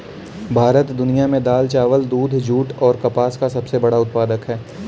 भारत दुनिया में दाल, चावल, दूध, जूट और कपास का सबसे बड़ा उत्पादक है